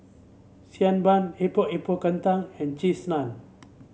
Xi Ban Epok Epok Kentang and Cheese Naan